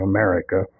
America